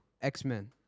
X-Men